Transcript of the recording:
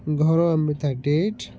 ଘର ଆମ thirty eight